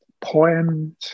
poems